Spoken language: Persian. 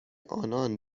آنان